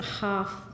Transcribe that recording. half